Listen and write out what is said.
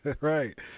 right